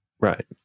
Right